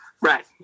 Right